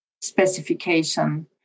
specification